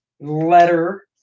letter